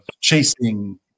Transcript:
chasing